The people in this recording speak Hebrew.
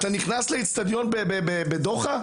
אתה נכנס לאצטדיון בדוחה,